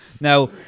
Now